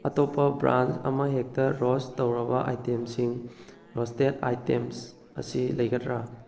ꯑꯇꯣꯞꯄ ꯕ꯭ꯔꯥꯟꯁ ꯑꯃꯍꯦꯛꯇ ꯔꯣꯁ ꯇꯧꯔꯕ ꯑꯥꯏꯇꯦꯝꯁꯤꯉ ꯔꯣꯁꯇꯦꯠ ꯑꯥꯏꯇꯦꯝꯁ ꯑꯁꯤ ꯂꯩꯒꯗ꯭ꯔꯥ